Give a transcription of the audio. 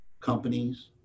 companies